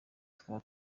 tukaba